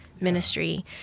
ministry